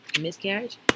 miscarriage